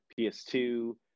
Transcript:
ps2